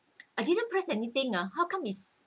I didn't press anything ah how come it's